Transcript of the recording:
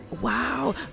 wow